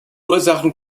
ursachen